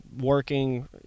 working